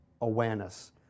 awareness